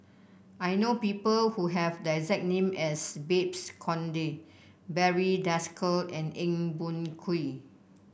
I know people who have the exact name as Babes Conde Barry Desker and Eng Boh Kee